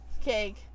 Cake